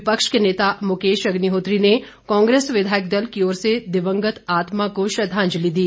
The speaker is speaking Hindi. विपक्ष के नेता मुकेश अग्निहोत्री ने कांग्रेस विधायक दल की ओर से दिवंगत आत्मा को श्रद्वांजलि दी